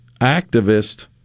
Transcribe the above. activist